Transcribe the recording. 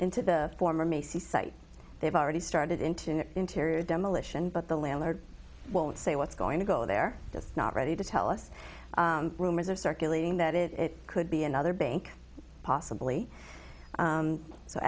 into the former macy's site they've already started into an interior demolition but the landlord won't say what's going to go they're just not ready to tell us rumors are circulating that it could be another bank possibly